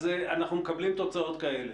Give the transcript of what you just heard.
אז אנחנו מקבלים תוצאות כאלה.